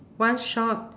one short